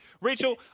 Rachel